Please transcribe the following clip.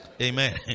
Amen